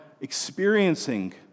experiencing